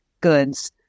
goods